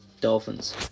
Dolphins